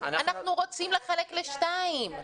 אנחנו רוצים לחלק לשתיים.